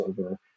over